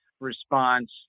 response